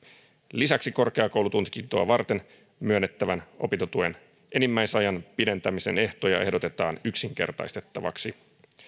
lisäksi korkeakoulututkintoa varten myönnettävän opintotuen enimmäisajan pidentämisen ehtoja ehdotetaan yksinkertaistettaviksi